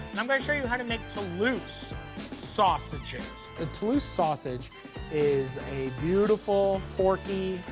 and i'm gonna show you how to make toulouse sausages. the toulouse sausage is a beautiful porky,